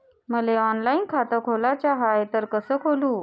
मले ऑनलाईन खातं खोलाचं हाय तर कस खोलू?